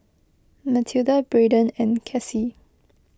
Matilda Brayden and Cassie